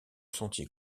sentier